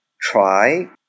try